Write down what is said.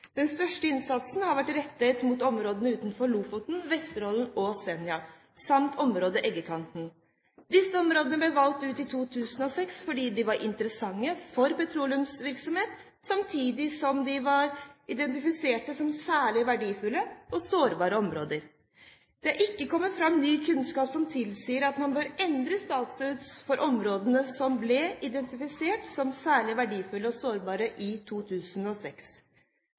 Den største innsatsen har vært rettet mot områdene utenfor Lofoten, Vesterålen og Senja samt området Eggakanten. Disse områdene ble valgt ut i 2006, fordi de var interessante for petroleumsvirksomheten, samtidig som de var identifisert som særlig verdifulle og sårbare områder. Det er ikke kommet fram ny kunnskap som tilsier at man bør endre status for områdene som ble identifisert som særlig verdifulle og sårbare i 2006.